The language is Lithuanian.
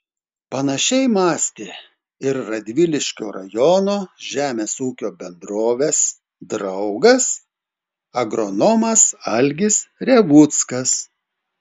panašiai mąstė ir radviliškio rajono žemės ūkio bendrovės draugas agronomas algis revuckas